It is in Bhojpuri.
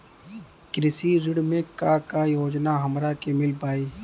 कृषि ऋण मे का का योजना हमरा के मिल पाई?